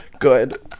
Good